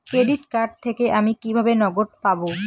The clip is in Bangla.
ক্রেডিট কার্ড থেকে আমি কিভাবে নগদ পাব?